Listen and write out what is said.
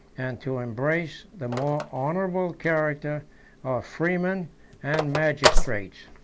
and to embrace the more honorable character of freemen and magistrates.